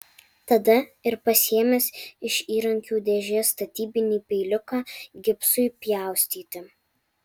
tada ir pasiėmęs iš įrankių dėžės statybinį peiliuką gipsui pjaustyti